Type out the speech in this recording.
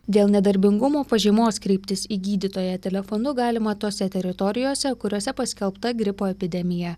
dėl nedarbingumo pažymos kreiptis į gydytoją telefonu galima tose teritorijose kuriose paskelbta gripo epidemija